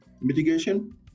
mitigation